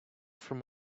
from